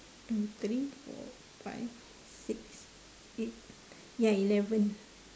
two three four five six eight ya eleven